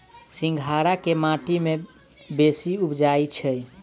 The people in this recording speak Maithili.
सिंघाड़ा केँ माटि मे बेसी उबजई छै?